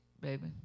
baby